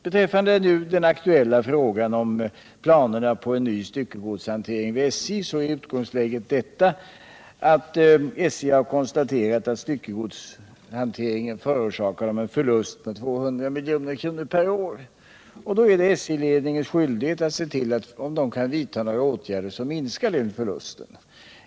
Beträffande den aktuella frågan om planerna på en ny styckegodshantering vid SJ är utgångsläget detta. SJ har konstaterat att styckegodshanteringen förorsakar företaget en förlust på 200 milj.kr. per år. Då är det SJ-ledningens skyldighet att försöka vidta åtgärder för att minska den förlusten.